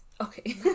Okay